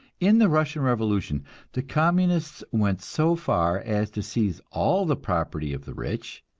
in the russian revolution the communists went so far as to seize all the property of the rich,